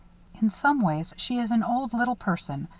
in some ways, she is an old little person.